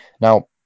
Now